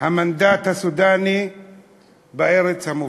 המנדט הסודאני בארץ המובטחת.